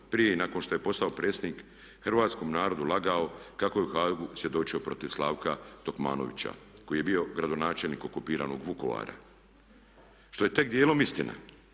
prije i nakon što je postao predsjednik hrvatskom narodu lagao kako je u Hagu svjedočio protiv Slavka Dokmanovića koji je bio gradonačelnik okupiranog Vukovara što je tek dijelom istina